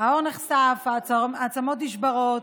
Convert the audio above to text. העור נחשף, העצמות נשברות.